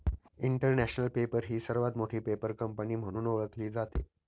international paper ही सर्वात मोठी पेपर कंपनी म्हणून ओळखली जाते